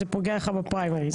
זה פוגע בך בפריימריז.